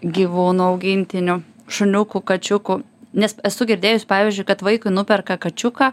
gyvūnų augintinių šuniukų kačiukų nes esu girdėjus pavyzdžiui kad vaikui nuperka kačiuką